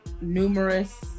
numerous